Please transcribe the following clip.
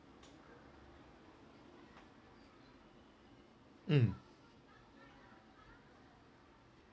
mm